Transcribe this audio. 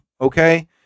Okay